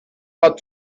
pas